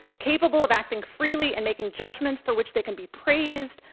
capable of acting freely and making judgments for which they can be praised,